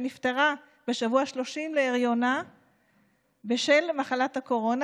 שנפטרה בשבוע ה-30 להריונה בשל מחלת הקורונה,